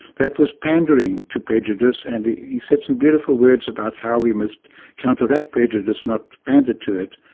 that was pandering to prejudice and he said some beautiful words about how we must counteract prejudice not pander to it.